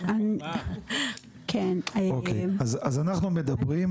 אז אנחנו מדברים.